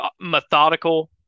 methodical